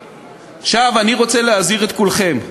עכשיו, אני רוצה להזהיר את כולכם,